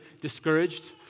discouraged